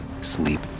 sleep